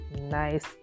nice